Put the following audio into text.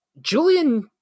julian